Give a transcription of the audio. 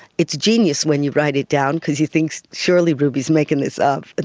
it's genius when you write it down because you think surely ruby is making this up. and